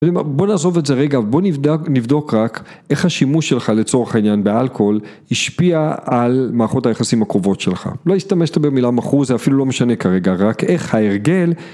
בוא נעזוב את זה רגע, בוא נבדוק רק איך השימוש שלך לצורך העניין באלכוהול השפיע על מערכות היחסים הקרובות שלך לא השתמשתי במילה מכור, זה אפילו לא משנה כרגע, רק איך ההרגל